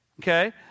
Okay